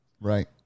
right